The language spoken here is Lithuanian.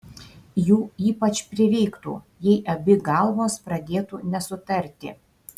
jų ypač prireiktų jei abi galvos pradėtų nesutarti